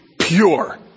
pure